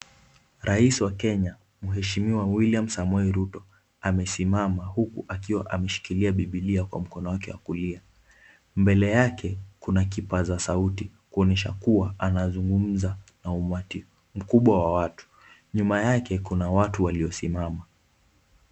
Rais wa Kenya mheshimiwa William Samoei Ruto amesimama huku akiwa ameshikilia Bibilia kwa mkono wake wa kulia. Mbele yake kuna kipaza sauti kuonyesha kuwa anazungumza na umati mkubwa wa watu. Nyuma yake kuna watu waliosimama.